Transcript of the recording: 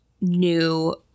new